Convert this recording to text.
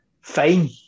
fine